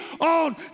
on